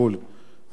והיה כתוב שם: